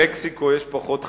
במקסיקו יש פחות חמצן,